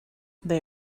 they